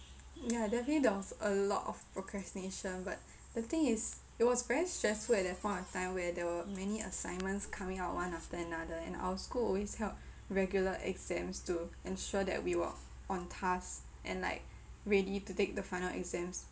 ya definitely there was a lot of procrastination but the thing is it was very stressful at that point of time where there were many assignments coming out one after another and our schools always held regular exams to ensure that we were on task and like ready to take the final exams